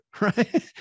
right